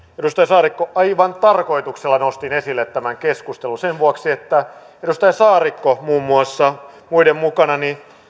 edustaja saarikko aivan tarkoituksella nostin esille tämän keskustelun sen vuoksi että edustaja saarikko muun muassa muiden mukana